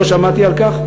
שלא שמעתי על כך,